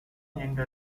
எங்க